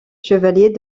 chevalier